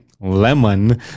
Lemon